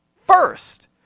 first